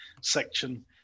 section